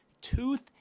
tooth